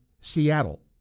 Seattle